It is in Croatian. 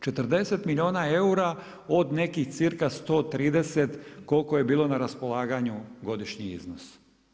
40 milijuna eura, od nekih cirka 130 koliko je bilo na raspolaganju godišnji iznos.